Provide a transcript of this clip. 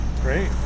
Great